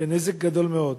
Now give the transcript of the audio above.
בנזק גדול מאוד.